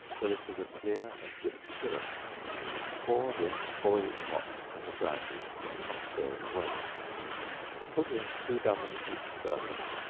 till it is a clear and rich syrup pour this boiling hot on the brandy and stir it well put in two dozen peach kernels,